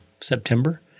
September